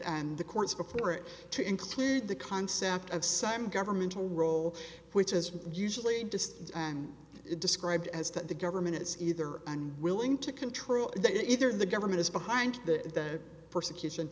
and the courts before it to include the concept of some governmental role which is usually distant and described as that the government is either unwilling to control that either the government is behind the persecution